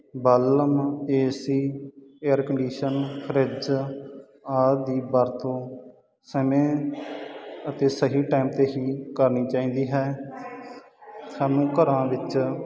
bulb AC air condition fridge ਆਦਿ ਵਰਤੋਂ ਸਮੇਂ ਅਤੇ ਸਹੀ ਟਾਈਮ 'ਤੇ ਹੀ ਕਰਨੀ ਚਾਹੀਦੀ ਹੈ ਸਾਨੂੰ ਘਰਾਂ ਵਿੱਚ